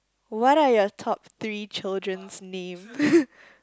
what are your top three children's name